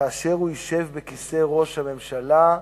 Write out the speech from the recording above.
שכאשר הוא ישב בכיסא ראש הממשלה,